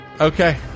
Okay